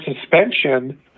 suspension